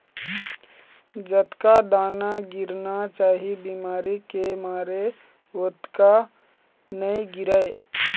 जतका दाना गिरना चाही बिमारी के मारे ओतका नइ गिरय